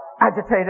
agitated